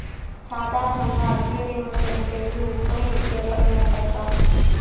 సాధారణంగా అక్వేరియం లో పెంచేవి ఉప్పునీటి చేపలేనంటక్కా